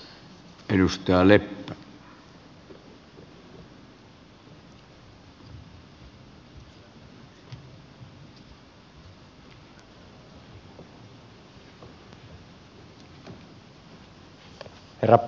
herra puhemies